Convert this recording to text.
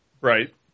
Right